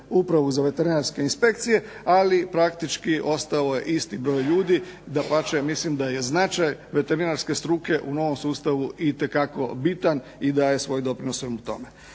upravu za veterinarske inspekcije, ali praktički ostao je isti broj ljudi, dapače mislim da je značaj veterinarske struke u novom sustavu itekako bitan, i daje svoj doprinos svemu tome.